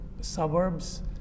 suburbs